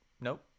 nope